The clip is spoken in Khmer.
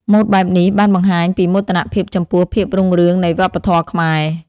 ម៉ូដបែបនេះបានបង្ហាញពីមោទនភាពចំពោះភាពរុងរឿងនៃវប្បធម៌ខ្មែរ។